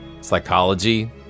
psychology